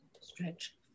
stretch